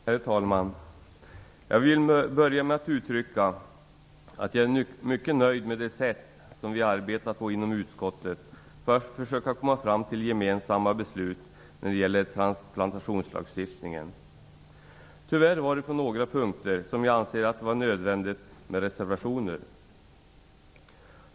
Herr talman! Jag vill börja med att uttrycka att jag är mycket nöjd med det sätt som vi arbetat på inom utskottet för att försöka komma fram till gemensamma beslut när det gäller transplantationslagstiftningen. Tyvärr var det några punkter där jag anser att det var nödvändigt med reservationer.